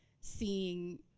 seeing